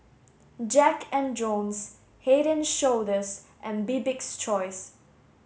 Jack and Jones Head and Shoulders and Bibik's choice